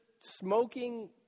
smoking